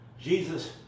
Jesus